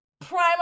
prime